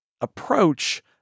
approach